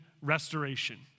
restoration